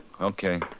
Okay